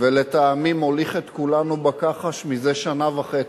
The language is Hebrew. ולטעמי מוליך את כולנו בכחש מזה שנה וחצי,